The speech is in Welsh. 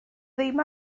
ddim